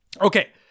Okay